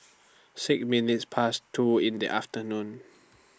six minutes Past two in The afternoon